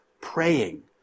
praying